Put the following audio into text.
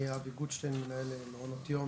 אני אבי גודשטיין, מנהל מעונות יום,